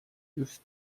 just